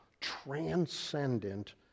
transcendent